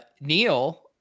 Neil